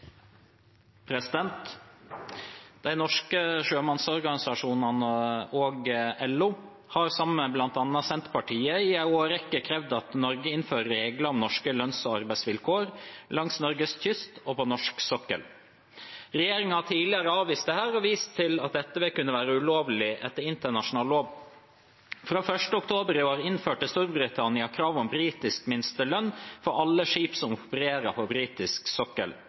norske sjømannsorganisasjonene og LO, har sammen med bl.a. Senterpartiet i en årrekke krevd at Norge innfører regler om norske lønns- og arbeidsvilkår langs Norges kyst og på norsk sokkel. Regjeringen har tidligere avvist dette og vist til at dette vil kunne være ulovlig etter internasjonal lov. Fra 1. oktober i år innførte Storbritannia krav om britisk minstelønn for alle skip som opererer på britisk sokkel.